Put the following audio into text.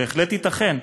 בהחלט ייתכן,